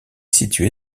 situé